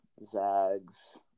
Zags